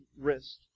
wrist